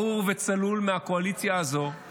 ברור וצלול מהקואליציה הזאת הוא